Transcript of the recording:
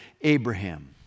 Abraham